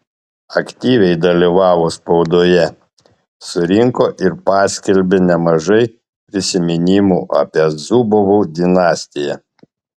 aktyviai dalyvavo spaudoje surinko ir paskelbė nemažai prisiminimų apie zubovų dinastiją